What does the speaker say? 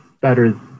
better